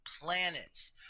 planets